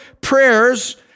prayers